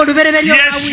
Yes